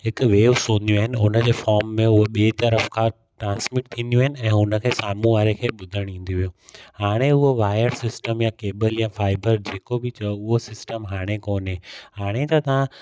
हिकु वेव्स हूंदियूं आहिनि हुनजे फ़ॉम में हू ॿिए तरफ़ खां ट्रांस्मिट थींदियूं ऐं उनखे साम्हूं वारे खे ॿुधणु ईंदी हुयूं हाणे उहो वायर सिस्टम या केबल या फ़ाइबर जेको बि चओ उहो सिस्टम हाणे कोन हाणे त तव्हां